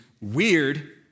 weird